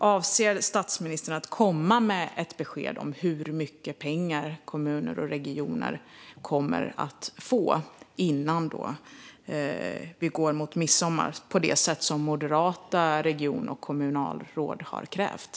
Avser statsministern att komma med ett besked om hur mycket pengar som kommuner och regioner kommer att få innan vi går mot midsommar på det sätt som moderata regionråd och kommunalråd har krävt?